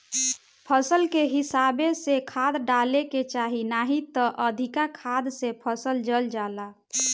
फसल के हिसाबे से खाद डाले के चाही नाही त अधिका खाद से फसल जर जाला